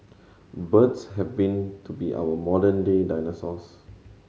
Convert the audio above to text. birds have been to be our modern day dinosaurs